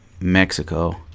Mexico